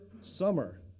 summer